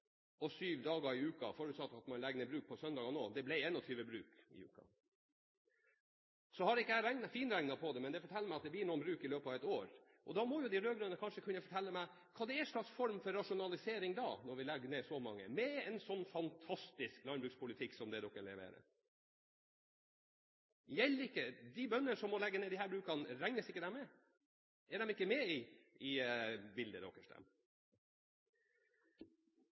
dagen syv dager i uken – forutsatt at man legger ned bruk på søndagene også – ble 21 bruk i uken. Jeg har ikke finregnet på det, men det forteller meg at det blir noen bruk i løpet av et år. Da må de rød-grønne kanskje kunne fortelle meg: Hva slags form for rasjonalisering er dette når vi legger ned så mange med en sånn fantastisk landbrukspolitikk som dere leverer? De bøndene som må legge ned disse brukene, regnes ikke de med? Er de ikke med i bildet deres? Så til representanten Kolberg, som er så uendelig bekymret for folk som bor i